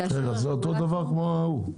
'כאשר --- בסדר, זה אותו דבר כמו ההוא.